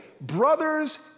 brothers